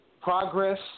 Progress